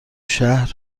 شهر